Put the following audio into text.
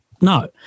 No